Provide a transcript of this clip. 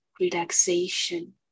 relaxation